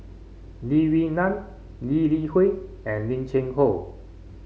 Lee Wee Nam Lee Li Hui and Lim Cheng Hoe